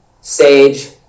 sage